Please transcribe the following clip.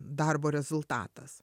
darbo rezultatas